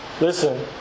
listen